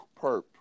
Perp